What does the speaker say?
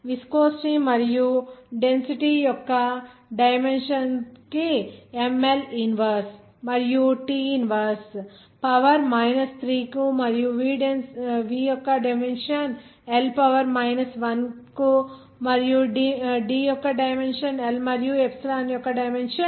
viscosity మరియు density యొక్క dimension కి ML ఇన్వర్స్ మరియు T ఇన్వర్స్ పవర్ 3 కు మరియు v యొక్క డైమెన్షన్ L పవర్ 1 కు మరియు D యొక్క డైమెన్షన్ L మరియు ఎప్సిలాన్ యొక్క డైమెన్షన్ L